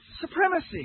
Supremacy